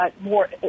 more